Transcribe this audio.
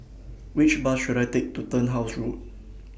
Which Bus should I Take to Turnhouse Road